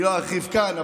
לא ארחיב כאן,